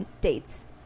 dates